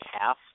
half